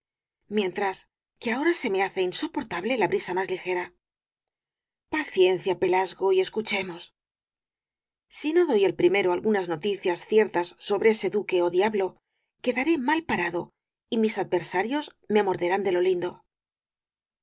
mientras que ahora se me hace insoportable la brisa más ligera paciencia pelasgo y escuchemos si no doy el primero algunas noticias ciertas sobre ese duque ó diablo quedaré malparado y mis adversarios me morderán de lo lindo